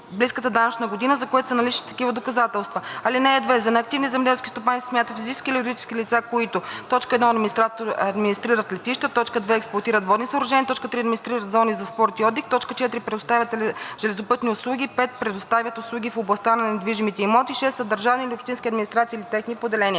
най-близката данъчна година, за което са налични такива доказателства. (2) За неактивни земеделски стопани се смятат физически или юридически лица, които: 1. администрират летища; 2. експлоатират водни съоръжения; 3. администрират зони за спорт и отдих; 4. предоставят железопътни услуги; 5. предоставят услуги в областта на недвижимите имоти; 6. са държавни или общински администрации или техни поделения.